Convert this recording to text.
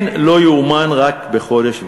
כן, לא ייאמן, רק בחודש וחצי.